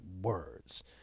words